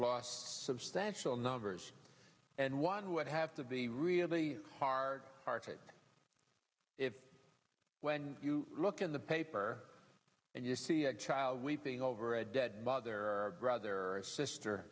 lost substantial numbers and one would have to be really hard hearted if when you look in the paper and you see a child weeping over a dead mother brother sister